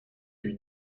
lui